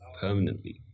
permanently